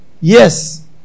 yes